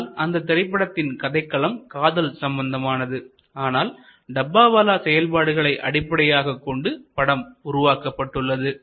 ஆனால் அந்த திரைப்படத்தின் கதைக்களம் காதல் சம்பந்தமானது ஆனால் டப்பாவாலாஸ் செயல்பாடுகளை அடிப்படையாகக் கொண்டு படம் உருவாக்கப்பட்டுள்ளது